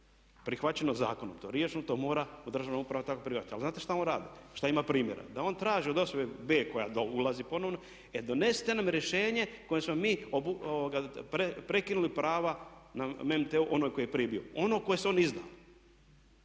prihvaćeno zakonom. To je riješeno, to mora državna uprava tako prihvatiti. Ali znate šta on radi, šta ima primjera da on traži od osobe b koja …/Govornik se ne razumije./… ponovno, e donesite nam rješenje kojim smo mi prekinuli prava na … ono koje je prije bilo, ono koje se je on izdao.